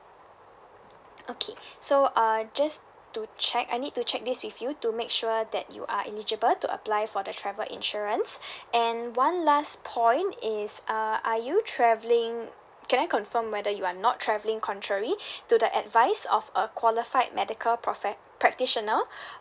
okay so uh just to check I need to check this with you to make sure that you are eligible to apply for the travel insurance and one last point is uh are you travelling can I confirm whether you are not travelling contrary to the advice of a qualified medical prefect~ practitioner